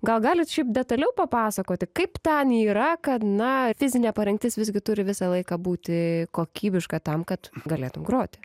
gal galit detaliau papasakoti kaip ten yra kad na fizinė parengtis visgi turi visą laiką būti kokybiška tam kad galėtum groti